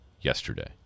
yesterday